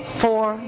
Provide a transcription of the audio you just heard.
four